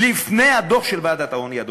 לפני הדוח של הוועדה למלחמה בעוני,